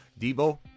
Debo